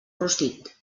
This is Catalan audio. rostit